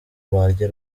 barya